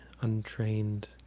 untrained